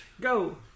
go